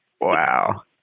Wow